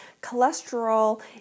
cholesterol